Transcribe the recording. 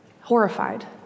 Horrified